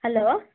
hello